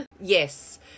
yes